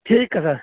ਠੀਕ ਹੈ ਸਰ